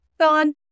gone